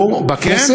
פה בכנסת?